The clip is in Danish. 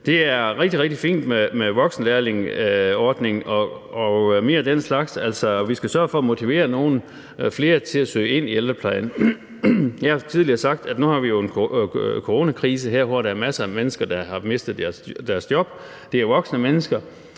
rigtig, rigtig fint med voksenlærlingeordningen og mere af den slags. Altså, vi skal sørge for at motivere nogle flere til at søge ind i ældreplejen. Jeg har jo tidligere sagt, at vi nu her har en coronakrise, hvor der er masser af mennesker, der har mistet deres job, det er voksne mennesker,